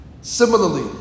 Similarly